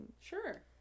Sure